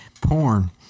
porn